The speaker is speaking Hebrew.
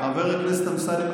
חבר הכנסת אמסלם,